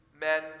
men